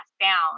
down